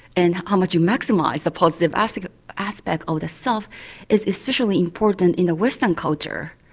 and how much you maximise the positive aspect aspect of the self is especially important in the western culture.